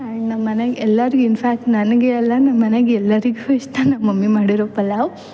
and ನಮ್ಮ ಮನೆಯಾಗ್ ಎಲ್ಲಾರಿಗು ಇನ್ಫ್ಯಾಕ್ಟ್ ನನಗೆ ಅಲ್ಲ ನಮ್ಮ ಮನೆಗೆ ಎಲ್ಲರಿಗು ಇಷ್ಟ ನಮ್ಮ ಮಮ್ಮಿ ಮಾಡಿರೋ ಪಲಾವ್